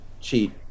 cheat